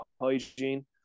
hygiene